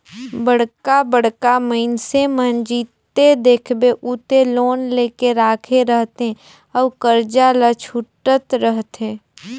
बड़का बड़का मइनसे मन जिते देखबे उते लोन लेके राखे रहथे अउ करजा ल छूटत रहथे